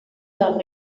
del